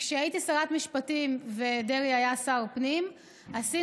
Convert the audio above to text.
כשהייתי שרת משפטים ודרעי היה שר פנים עשינו